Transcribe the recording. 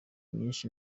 nyinshi